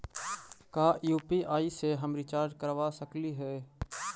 का यु.पी.आई से हम रिचार्ज करवा सकली हे?